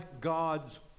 God's